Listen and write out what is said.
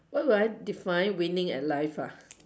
what would I define winning at life ah